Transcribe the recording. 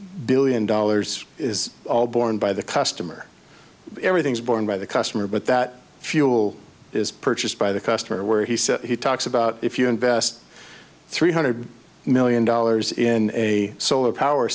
billion dollars is all borne by the customer everything is borne by the customer but that fuel is purchased by the customer where he said he talks about if you invest three hundred million dollars in a solar power